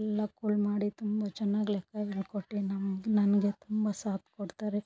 ಎಲ್ಲ ಕೂಲ್ ಮಾಡಿ ತುಂಬ ಚೆನ್ನಾಗ್ ಲೆಕ್ಕ ಹೇಳ್ಕೊಟ್ಟು ನಮ್ಮ ನನಗೆ ತುಂಬ ಸಾತ್ ಕೊಡ್ತಾರೆ